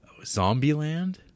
Zombieland